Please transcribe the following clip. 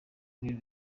kuri